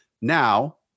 Now